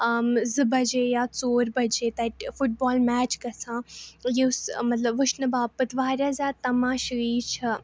زٕ بَجے یا ژور بَجے تَتہِ فُٹ بال میچ گَژھان یُس مطلب وُچھنہٕ باپتھ واریاہ زیادٕ تَماشٲیی چھَ